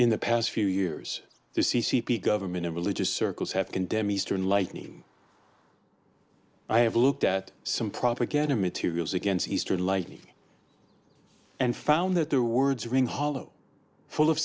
in the past few years the c c p government in religious circles have condemned eastern lightning i have looked at some propaganda materials against easter lightning and found that their words ring hollow full of